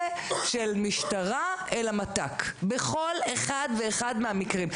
של מהמשטרה אל המת, ק בכל אחד ואחד מהמקרים?